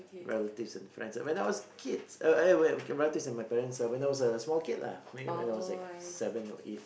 relatives and friends when I was a kid uh uh eh wait relatives and my parents ah when I was a small kid lah when when I was like seven or eight